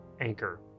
anchor